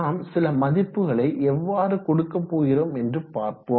நாம் சில மதிப்புகளை எவ்வாறு கொடுக்க போகிறோம் என்று பார்ப்போம்